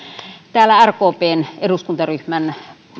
täällä rkpn eduskuntaryhmän